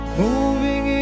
moving